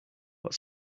what